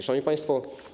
Szanowni Państwo!